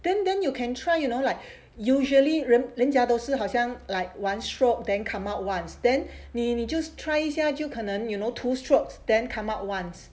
then then you can try you know like usually 人人家都是好像 like one stroke then come out once then 你 just try 一下就可能 you know two strokes then come up once